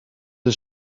een